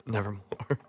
Nevermore